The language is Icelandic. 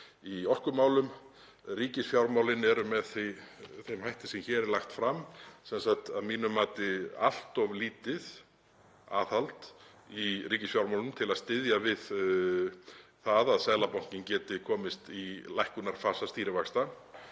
í orkumálum. Ríkisfjármálin eru með þeim hætti sem hér er lagt fram, sem sagt að mínu mati allt of lítið aðhald í ríkisfjármálunum til að styðja við það að Seðlabankinn geti komist í lækkunarfasa stýrivaxta,